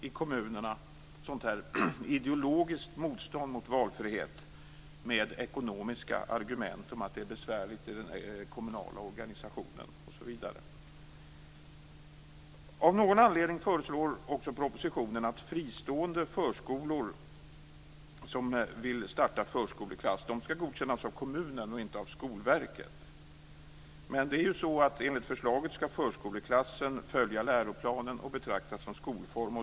I kommunerna döljs ofta ideologiskt motstånd mot valfrihet med ekonomiska argument om att det är besvärligt i den kommunala organisationen, osv. Av någon anledning förslås i propositionen att fristående förskolor som vill starta förskoleklass skall godkännas av kommunen och inte av Skolverket. Enligt förslaget skall förskoleklassen följa läroplanen och betraktas som skolform.